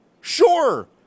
Sure